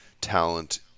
talent